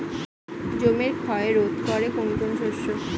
জমির ক্ষয় রোধ করে কোন কোন শস্য?